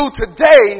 today